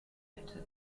alter